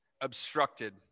obstructed